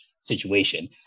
situation